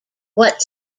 what